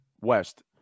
west